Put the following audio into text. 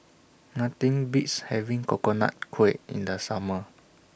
Nothing Beats having Coconut Kuih in The Summer